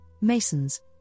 masons